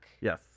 Yes